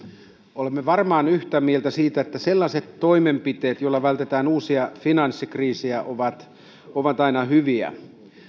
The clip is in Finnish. olemme varmaan yhtä mieltä siitä että sellaiset toimenpiteet joilla vältetään uusia finanssikriisejä ovat ovat aina hyviä